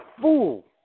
fool